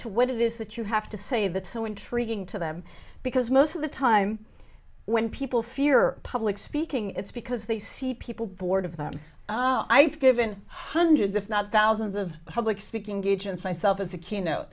to what it is that you have to say that's so intriguing to them because most of the time when people fear public speaking it's because they see people bored of them i've given hundreds if not thousands of public speaking engagements myself as a k